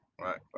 Right